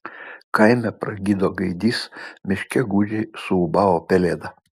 kaime pragydo gaidys miške gūdžiai suūbavo pelėda